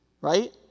right